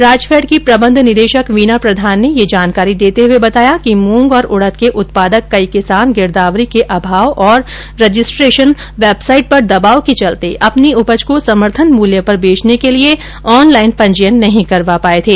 राजफैड की प्रबंध निदेशक वीना प्रधान ने ये जानकारी देते हुए बताया कि मूंग और उड़द के उत्पादक कई किसान गिरदावरी के अभाव तथा रजिस्ट्रेशन वेबसाइट पर दबाव के चलते अपनी उपज को समर्थन मूल्य पर बेचने के लिये अपना ऑनलाइन पंजीयन नहीं करवा पाये थे